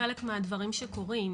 חלק מהדברים שקורים,